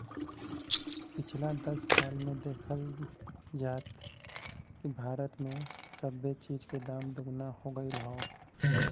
पिछला दस साल मे देखल जाए त भारत मे सबे चीज के दाम दुगना हो गएल हौ